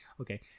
Okay